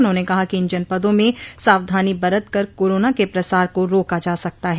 उन्होंने कहा कि इन जनपदों में सावधानी बरत कर कोरोना के प्रसार को रोका जा सकता है